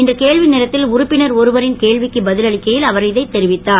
இன்று கேள்வி நேரத்தில் உறுப்பினர் ஒருவரின் கேள்விக்கு பதில் அளிக்கையில் அவர் இதை தெரிவித்தார்